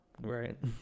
Right